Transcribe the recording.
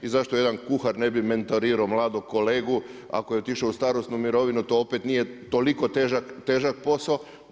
I zašto jedan kuhar ne bi mentorirao mladog kolegu ako je otišao u starosnu mirovinu, to opet nije toliko težak posao?